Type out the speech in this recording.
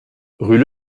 rue